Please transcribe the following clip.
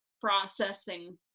processing